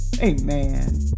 Amen